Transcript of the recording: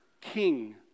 king